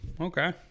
Okay